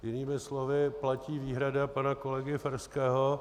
Jinými slovy platí výhrada pana kolegy Farského.